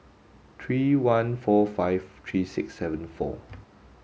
three one four five three six seven four